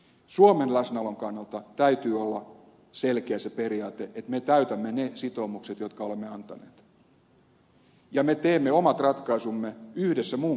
suomen läsnäolon kannalta täytyy olla selkeä se periaate että me täytämme ne sitoumukset jotka olemme antaneet ja me teemme omat ratkaisumme yhdessä muun kansainvälisen yhteisön kanssa